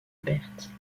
pertes